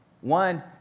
One